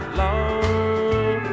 long